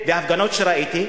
והפגנות שראיתי,